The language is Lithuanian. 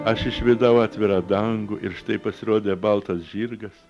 aš išvydau atvirą dangų ir štai pasirodė baltas žirgas